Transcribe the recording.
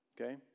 Okay